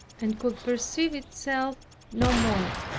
and could perceive itself no more.